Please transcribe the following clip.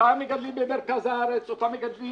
אותם מגדלים במרכז הארץ, אותם מגדלים